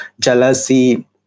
jealousy